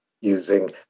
using